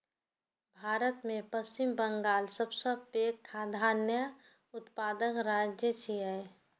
भारत मे पश्चिम बंगाल सबसं पैघ खाद्यान्न उत्पादक राज्य छियै